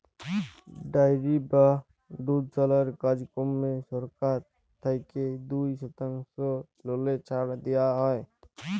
dairy বা দুধশালার কাজকম্মে সরকার থ্যাইকে দু শতাংশ ললে ছাড় দিয়া হ্যয়